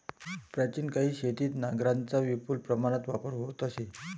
प्राचीन काळी शेतीत नांगरांचा विपुल प्रमाणात वापर होत असे